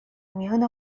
میان